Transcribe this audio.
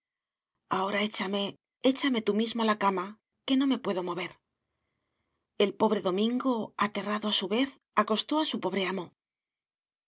ahora échame échame tú mismo a la cama que no me puedo mover el pobre domingo aterrado a su vez acostó a su pobre amo